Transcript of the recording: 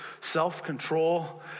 self-control